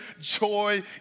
joy